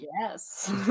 Yes